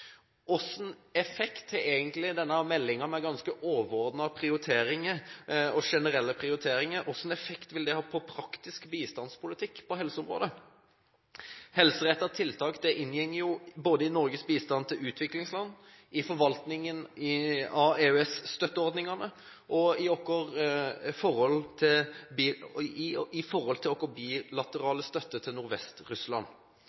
effekt har egentlig denne meldingen – med ganske overordnede prioriteringer og generelle prioriteringer – på praktisk bistandspolitikk på helseområdet? Helserettede tiltak inngår både i Norges bistand til utviklingsland, i forvaltningen av EØS-støtteordningene og i forhold til vår bilaterale støtte til Nordvest-Russland. Jeg la merke til